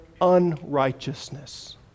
unrighteousness